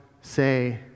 say